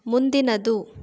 ಮುಂದಿನದು